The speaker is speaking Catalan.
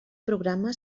programa